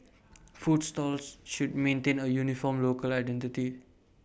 food stalls should maintain A uniform local identity